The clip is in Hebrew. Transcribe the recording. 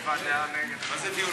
קשור לעניין הזה בכלל.